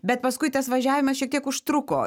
bet paskui tas važiavimas šiek tiek užtruko